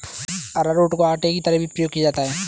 अरारोट को आटा की तरह भी प्रयोग किया जाता है